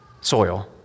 soil